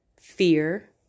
fear